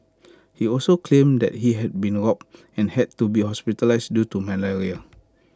he also claimed that he had been robbed and had to be hospitalised due to malaria